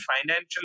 financial